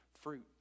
fruit